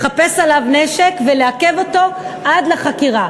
לחפש עליו נשק ולעכב אותו עד לחקירה.